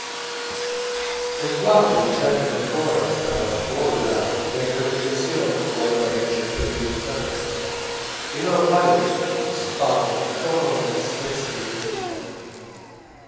lo sguardo li cerca ancora tra la folla mentre il pensiero corre ai cimiteri lontani e i loro quadri spandono intorno la tristezza dell'ultimo addio